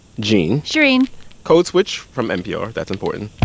gene shereen code switch from npr. that's important